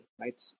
right